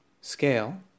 scale